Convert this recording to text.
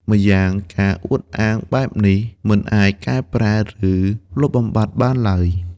ម្យ៉ាងការអួតអាងបែបនេះ មិនអាចកែប្រែ ឬលុបបំបាត់បានឡើយ។